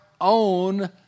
own